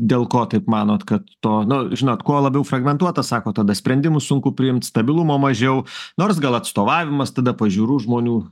dėl ko taip manot kad to nu žinot kuo labiau fragmentuotas sako tada sprendimus sunku priimt stabilumo mažiau nors gal atstovavimas tada pažiūrų žmonių